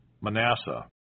Manasseh